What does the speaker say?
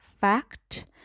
fact